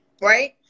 right